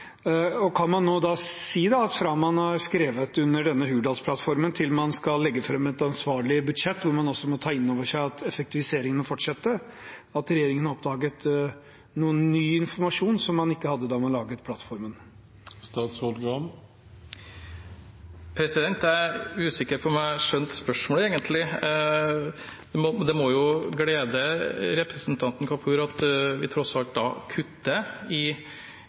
Kan man nå si at regjeringen – fra man har skrevet denne Hurdalsplattformen, til man skal legge fram et ansvarlig budsjett, hvor man også må ta inn over seg at effektiviseringen må fortsette – har oppdaget noe ny informasjon som man ikke hadde da man laget plattformen? Jeg er egentlig usikker på om jeg skjønte spørsmålet. Det må jo glede representanten Kapur at vi tross alt kutter i